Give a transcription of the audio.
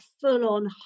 full-on